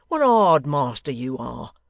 what a hard master you are!